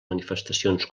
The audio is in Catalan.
manifestacions